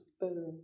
better